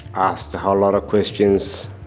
asked a whole lot of questions,